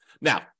Now